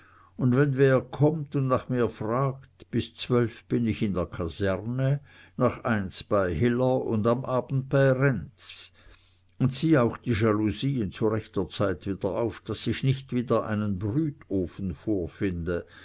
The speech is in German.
und wenn wer kommt und nach mir fragt bis zwölf bin ich in der kaserne nach eins bei hiller und am abend bei renz und zieh auch die jalousien zu rechter zeit wieder auf daß ich nicht wieder einen brütofen vorfinde